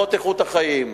עבירות איכות החיים.